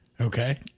Okay